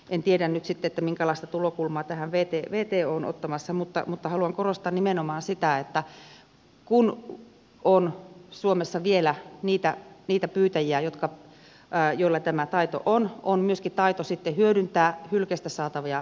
en tiedä nyt sitten minkälaista tulokulmaa tähän wto on ottamassa mutta haluan korostaa nimenomaan sitä että suomessa on vielä niitä pyytäjiä joilla tämä taito on on myöskin taito sitten hyödyntää hylkeestä saatavia tuotteita